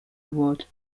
award